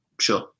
Sure